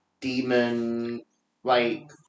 demon-like